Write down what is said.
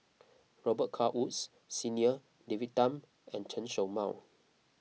Robet Carr Woods Senior David Tham and Chen Show Mao